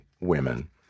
women